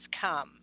come